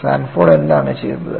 Sanford എന്താണ് ചെയ്തത്